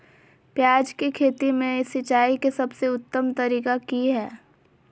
प्याज के खेती में सिंचाई के सबसे उत्तम तरीका की है?